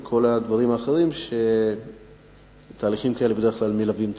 וכל הדברים האחרים שתהליכים כאלה בדרך כלל מלווים בהם.